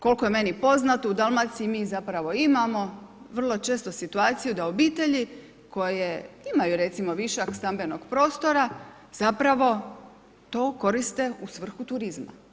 Koliko je meni poznato u Dalmaciji mi zapravo imamo vrlo često situaciju da obitelji koje imaju recimo višak stambenog prostora zapravo to koriste u svrhu turizma.